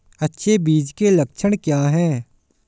अच्छे बीज के लक्षण क्या हैं?